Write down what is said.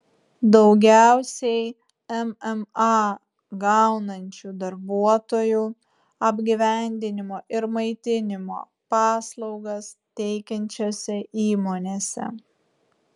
daugiausiai mma gaunančių darbuotojų apgyvendinimo ir maitinimo paslaugas teikiančiose įmonėse